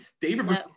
David